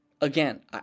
Again